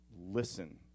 Listen